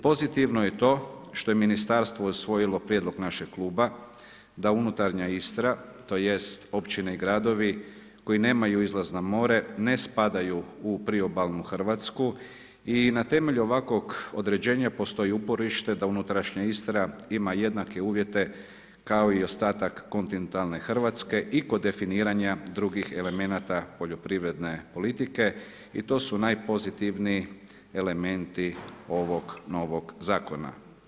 Pozitivno je to, što je ministarstvo usvojilo prijedlog našeg kluba, da unutarnja Istra, tj. općine i gradovi koji nemaju izlaz na more, ne spadaju u priobalnu Hrvatsku i na temelju ovakvog određenja postoji uporište, da unutrašnja Istra ima jednake uvjete kao i ostatak kontinentalne Hrvatske i kod definiranja drugih elemenata poljoprivredne politike i to su najpozitivniji elementi ovog novog zakona.